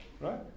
right